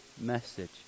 message